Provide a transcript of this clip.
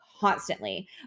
constantly